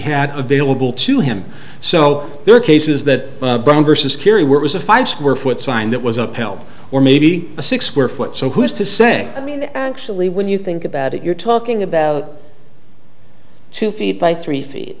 had available to him so there are cases that brown versus kerry where was a five square foot sign that was upheld or maybe a six square foot so who's to say i mean actually when you think about it you're talking about two feet by three feet